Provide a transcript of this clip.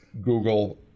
google